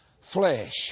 flesh